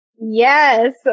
yes